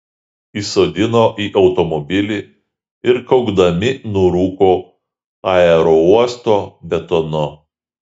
įsodino į automobilį ir kaukdami nurūko aerouosto betonu